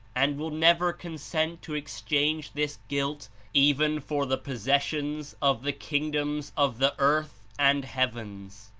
and will never consent to exchange this guilt even for the possessions of the kingdoms of the earth and heavens.